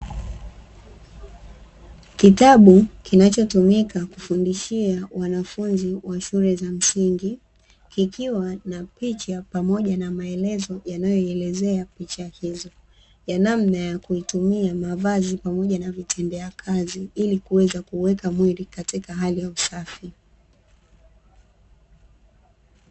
Kitabu kinachotumika kufundishia wanafunzi wa shule za msingi kikiwa na picha pamoja na maelezo yanayoelezea picha hizo, ya namna ya kutitumia mavazi pamoja na vitendea kazi, ili kuweza kuweka mwili katika hali ya usafi.